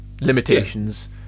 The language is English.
limitations